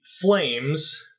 Flames